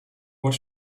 what